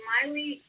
Miley